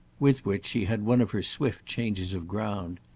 with which she had one of her swift changes of ground.